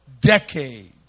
decades